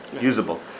usable